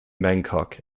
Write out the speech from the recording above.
bangkok